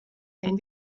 ein